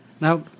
Now